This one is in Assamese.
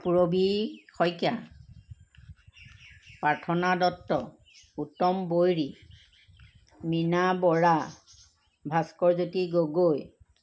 পুৰবী শইকীয়া পাৰ্থনা দত্ত উত্তম বৈৰী মীনা বৰা ভাস্কৰজ্যোতি গগৈ